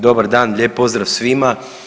Dobar dan, lijep pozdrav svima.